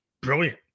brilliant